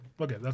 Okay